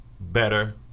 better